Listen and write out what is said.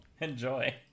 Enjoy